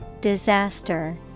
Disaster